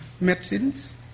medicines